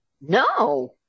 no